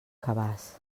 cabàs